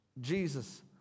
Jesus